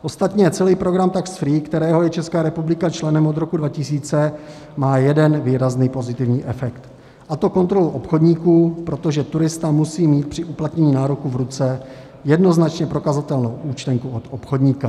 Ostatně celý program Tax Free, kterého je Česká republika členem od roku 2000, má jeden výrazný pozitivní efekt, a to kontrolu obchodníků, protože turista musí mít při uplatnění nároku v ruce jednoznačně prokazatelnou účtenku pro obchodníka.